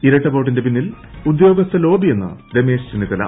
ഇരട്ട വോട്ടിന്റെ പിന്നിൽ ഉദ്യോഗസ്ഥലോബിയെന്ന് രമേശ് ചെന്നിത്തല